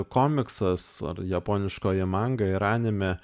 komiksas ar japoniškoji manga ir anime